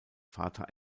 vater